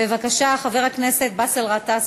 בבקשה, חבר הכנסת באסל גטאס.